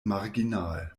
marginal